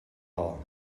all